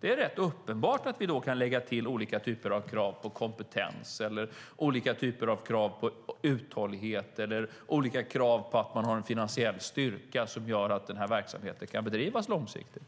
Det är rätt uppenbart att vi då kan lägga till olika typer av krav på kompetens eller uthållighet eller olika krav på att man har en finansiell styrka som gör att verksamheten kan bedrivas långsiktigt.